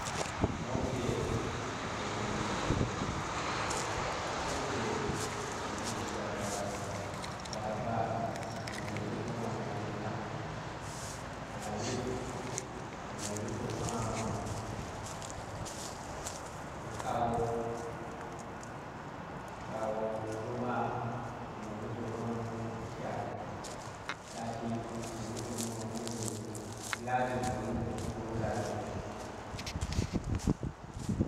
Monday ma̱ muen lutuk domshin, tuesday ma̱ muen lutuk garkawa, laraba ma̱ muen lutuk mikang, halamis ma̱ muen lutuk kawo, nkawo, juma'a ma̱ muen lutuk ni shaar, sat ma̱ muen lutuk mudu'ut, ladi ma̱ muen lutuk kurum lazei